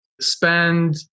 spend